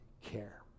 care